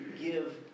give